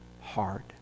hard